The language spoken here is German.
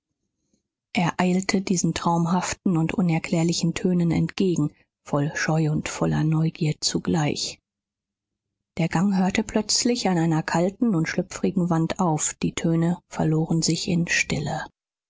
eilte diesen traumhaften und unerklärlichen tönen entgegen voll scheu und voller neugier zugleich der gang hörte plötzlich an einer kalten und schlüpfrigen wand auf die töne verloren sich in stille